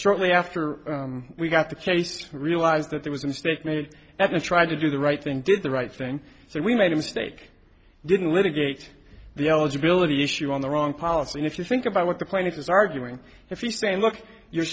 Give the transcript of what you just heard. shortly after we got the case realized that there was a mistake made that and try to do the right thing did the right thing so we made a mistake didn't we the gate the eligibility issue on the wrong policy and if you think about what the plaintiff is arguing if he's saying look you're